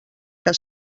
que